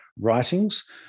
writings